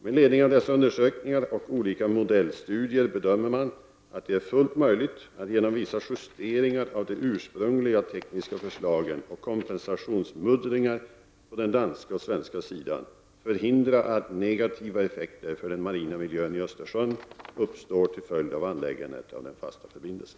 Med ledning av dessa undersökningar och olika modellstudier bedömer man att det är fullt möjligt att genom vissa justeringar av de ursprungliga tekniska förslagen och kompensationsmuddringar på den danska och den svenska sidan förhindra att negativa effekter för den marina miljön i Östersjön uppstår till följd av anläggandet av den fasta förbindelsen.